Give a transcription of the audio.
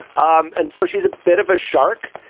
um and so she's a bit of a shark,